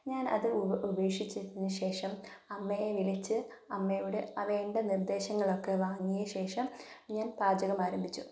ഞാൻ അതു ഉപേക്ഷിച്ചതിനു ശേഷം അമ്മയെ വിളിച്ച് അമ്മയുടെ വേണ്ട നിർദ്ദേശങ്ങളൊക്കെ വാങ്ങിയശേഷം ഞാൻ പാചകം ആരംഭിച്ചു